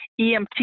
EMT